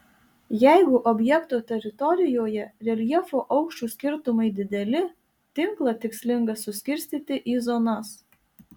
jeigu objekto teritorijoje reljefo aukščių skirtumai dideli tinklą tikslinga suskirstyti į zonas